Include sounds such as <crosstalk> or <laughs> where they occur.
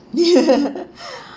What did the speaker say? <laughs>